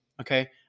okay